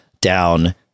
down